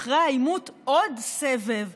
אחרי העימות, עוד סבב בעזה,